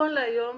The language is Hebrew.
נכון להיום